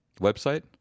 website